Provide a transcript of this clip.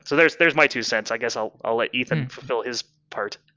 so there's there's my two cents. i guess i'll i'll let ethan fill his part